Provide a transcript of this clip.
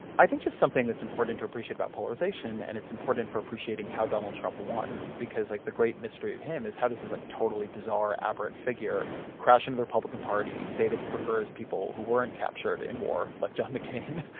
i think just something that's important to appreciate about polarization and it's important for appreciating how donald trump won because like the great mystery of him is how does this like totally bizarre, aberrant figure crash into the republican party, say that he prefers people who weren't captured in war, like john mccain.